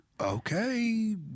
okay